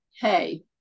hey